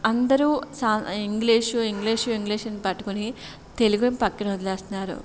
అందరూ సా English English ఇంగ్లీషుని పట్టుకుని తెలుగుని పక్కన వదిలేస్తున్నారు